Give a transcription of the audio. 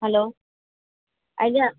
hello ଆଜ୍ଞା